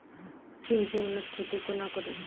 सिम केँ उन्नत खेती कोना करू?